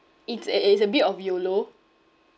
it's a a it's a bit of YOLO